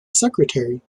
secretary